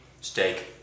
Steak